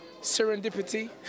serendipity